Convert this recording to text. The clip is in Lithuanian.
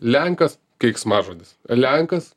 lenkas keiksmažodis lenkas